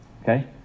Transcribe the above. okay